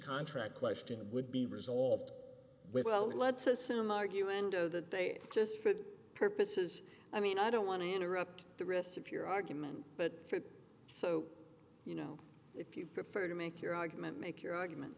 contract question would be resolved with well let's assume argue endo that they just for the purposes i mean i don't want to interrupt the rest of your argument but so you know if you prefer to make your argument make your argument